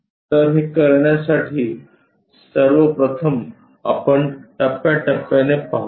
तर हे करण्यासाठी सर्वप्रथम आपण टप्या टप्याने पाहू या